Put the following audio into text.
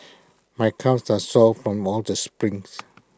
my calves are sore from all the sprints